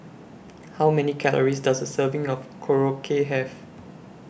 How Many Calories Does A Serving of Korokke Have